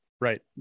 Right